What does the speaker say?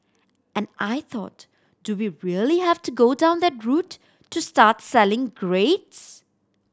and I thought do we really have to go down that route to start selling grades